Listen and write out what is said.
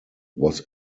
was